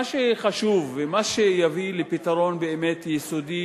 מה שחשוב ומה שיביא לפתרון באמת יסודי